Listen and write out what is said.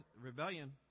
rebellion